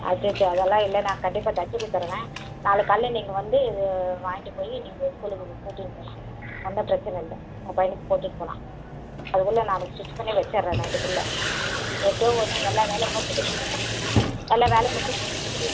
அச்சச்சோ அதெல்லாம் இல்லை நான் கண்டிப்பாக தைச்சி கொடுத்துட்றேன் நாளைக்கு காலையிலே நீங்கள் வந்து இது வாங்கிட்டு போய் நீங்கள் ஸ்கூலுக்கு போட்டுட்டு போகலாம் ஒன்றும் பிரச்சனை இல்லை உங்கள் பையனுக்கு போட்டுட்டு போகலாம் அதுக்குள்ள நான் ஸ்டிச் பண்ணி வச்சிடுறேன் நைட்டுக்குள்ள எப்படியோ ஒன்று எல்லா வேலையும் முடிச்சிக்கின்னு எல்லா வேலை முடிச்சு